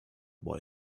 boy